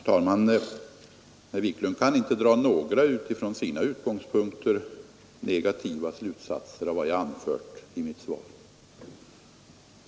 Herr talman! Herr Wiklund i Stockholm kan inte dra några utifrån sina utgångspunkter negativa slutsatser av vad jag anfört i mitt svar.